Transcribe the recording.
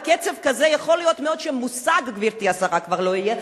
בקצב כזה יכול להיות מאוד שהמושג "גברתי השרה" כבר לא יהיה,